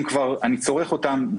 אם כבר אדם צורך אותן,